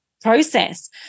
process